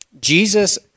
Jesus